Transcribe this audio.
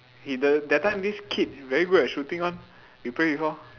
he the that time this kid very good at shooting [one] we play before